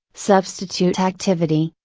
substitute activity,